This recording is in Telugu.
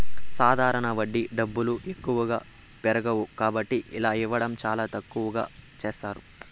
సాధారణ వడ్డీ డబ్బులు ఎక్కువగా పెరగవు కాబట్టి ఇలా ఇవ్వడం చాలా తక్కువగా చేస్తారు